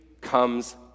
comes